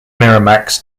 miramax